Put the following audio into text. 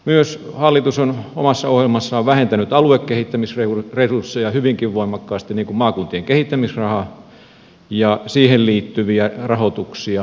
myös hallitus on omassa ohjelmassaan vähentänyt aluekehittämisresursseja hyvinkin voimakkaasti niin kuin maakuntien kehittämisrahaa ja siihen liittyviä rahoituksia